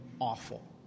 awful